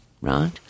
right